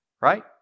Right